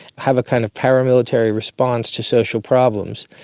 have a kind of paramilitary response to social problems.